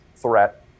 Threat